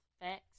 facts